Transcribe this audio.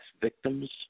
victims